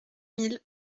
mille